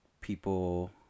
people